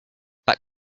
that